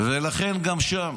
ולכן גם שם,